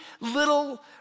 little